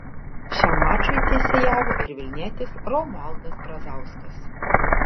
šiam mačui teisėjavo ir vilnietis romualdas brazauskas